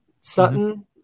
Sutton